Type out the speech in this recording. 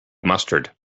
mustard